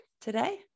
today